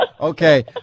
okay